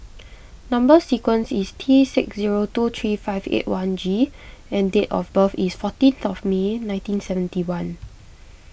Number Sequence is T six zero two three five eight one G and date of birth is fourteenth May nineteen seventy one